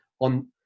on